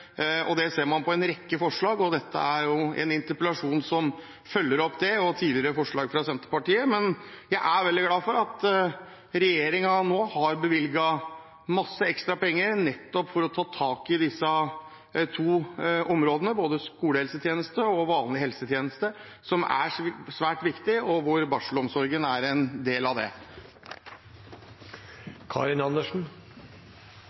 og det ser man på en rekke forslag. Og dette er jo en interpellasjon som følger opp det og tidligere forslag fra Senterpartiet. Men jeg er veldig glad for at regjeringen nå har bevilget masse ekstra penger nettopp for å ta tak i disse to områdene, både skolehelsetjeneste og vanlig helsetjeneste, som er svært viktig, og barselomsorgen er en del av